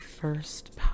first